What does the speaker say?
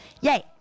Yay